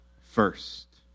first